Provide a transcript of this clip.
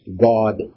God